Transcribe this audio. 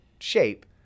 shape